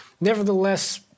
nevertheless